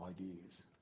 ideas